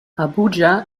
abuja